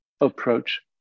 approach